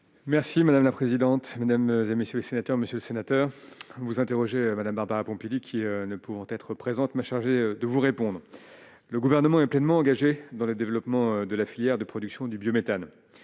Merci madame la présidente, mesdames et messieurs les sénateurs, monsieur le sénateur vous interrogez Madame Barbara Pompili qui ne pouvant être présente m'a chargée de vous répondre, le gouvernement est pleinement engagée dans le développement de la filière de production du biométhane